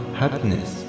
happiness